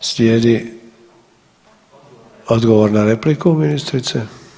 Slijedi odgovor na repliku ministrice.